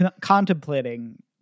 contemplating